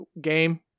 game